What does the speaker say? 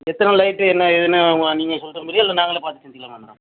எத்தனை லைட்டு என்னா ஏதுன்னு அவங்க நீங்கள் சொல்லுற மாரியா இல்லை நாங்களே பார்த்து தெரிஞ்சுக்கலாமா மேடம்